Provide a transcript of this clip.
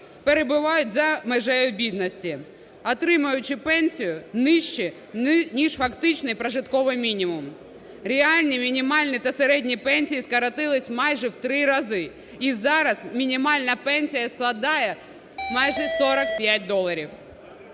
перебувають за межею бідності, отримуючи пенсію нижче ніж фактичний прожитковий мінімум. Реальні мінімальні та середні пенсії скоротились майже в три рази, і зараз мінімальна пенсія складає майже 45 доларів.